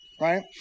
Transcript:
right